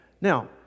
Now